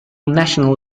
national